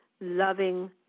loving